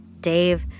Dave